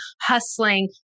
hustling